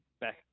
back